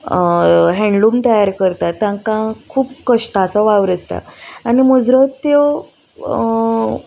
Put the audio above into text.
handloom तयार करतात तांकां खूप कश्टाचो वावर आसता आनी मुजरत त्यो